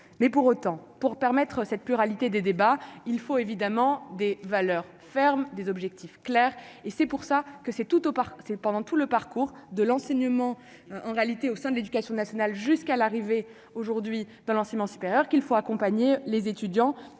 mais pour autant, pour permettre cette pluralité des débats, il faut évidemment des valeurs ferme des objectifs clairs et c'est pour ça que c'est tout au par c'est pendant tout le parcours de l'enseignement en réalité au sein de l'Éducation nationale jusqu'à l'arrivée, aujourd'hui dans l'enseignement supérieur, qu'il faut accompagner les étudiants